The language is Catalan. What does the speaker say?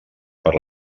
per